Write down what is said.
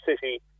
city